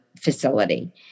facility